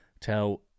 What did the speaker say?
Tell